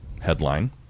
headline